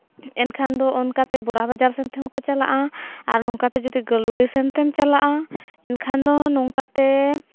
ᱮᱱᱠᱷᱟᱱ ᱫᱚ ᱚᱱᱠᱟᱛᱮ ᱵᱚᱦᱨᱟ ᱵᱟᱡᱟᱨ ᱥᱮᱱ ᱛᱮᱦᱚᱸ ᱠᱚ ᱪᱟᱞᱟᱜᱼᱟ ᱟᱨ ᱱᱚᱝᱠᱟ ᱛᱮ ᱡᱩᱫᱤ ᱜᱟᱹᱞᱩᱰᱤ ᱥᱮᱫ ᱛᱮᱢ ᱪᱟᱞᱟᱜᱼᱟ ᱮᱱᱠᱷᱟᱱ ᱫᱚ ᱱᱚᱝᱠᱟ ᱛᱮ